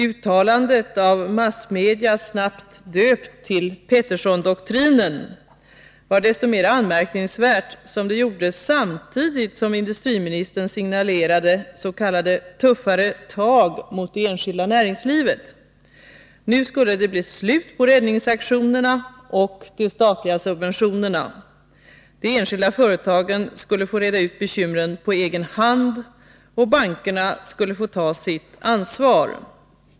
Uttalandet — Måndagen den av massmedia snabbt döpt till ”Petersondoktrinen” — var desto mera 22 november 1982 anmärkningsvärt som det gjordes samtidigt som industriministern signalerade s.k. tuffare tag mot det enskilda näringslivet. Nu skulle det bli slut på räddningsaktionerna och de statliga subventionerna. De enskilda företagen skulle få reda ut bekymren på egen hand, och bankerna skulle få ta sitt ansvar.